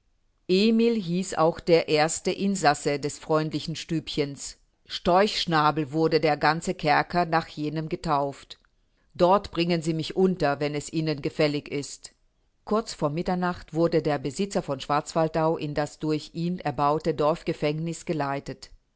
emil hieß auch der erste insasse des freundlichen stübchens storchschnabel wurde der ganze kerker nach jenem getauft dort bringen sie mich unter wenn es ihnen gefällig ist kurz vor mitternacht wurde der besitzer von schwarzwaldau in das durch ihn erbaute dorfgefängniß geleitet